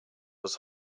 was